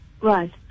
Right